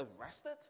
arrested